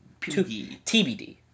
TBD